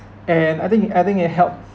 and I think I think it help